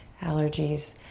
allergies.